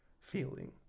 feeling